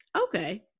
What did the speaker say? Okay